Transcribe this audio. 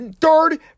third